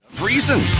Reason